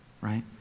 Right